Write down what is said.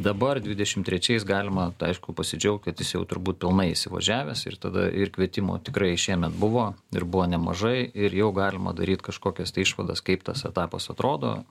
dabar dvidešimt trečiais galima aišku pasidžiaugt kad jis jau turbūt pilnai įsivažiavęs ir tada ir kvietimų tikrai šiemet buvo ir buvo nemažai ir jau galima daryt kažkokias tai išvadas kaip tas etapas atrodo